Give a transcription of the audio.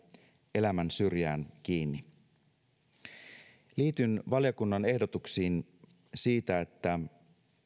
elämän syrjään kiinni yhdyn valiokunnan ehdotuksiin siitä että